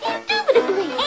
Indubitably